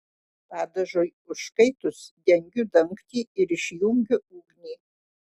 padažui užkaitus dengiu dangtį ir išjungiu ugnį